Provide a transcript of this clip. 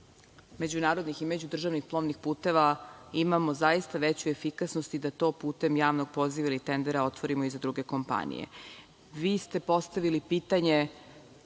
međunarodnih i međudržavnih plovnih puteva imamo zaista veću efikasnost i da to putem javnog poziva ili tendera otvorimo i za druge kompanije. Vi ste postavili pitanje